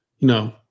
no